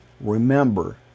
remember